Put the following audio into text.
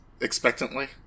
expectantly